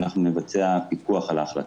אנחנו נבצע פיקוח על ההחלטות.